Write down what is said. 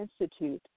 Institute